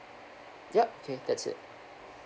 yup okay that's it